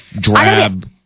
drab